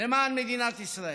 למען מדינת ישראל.